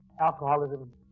alcoholism